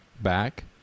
back